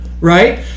right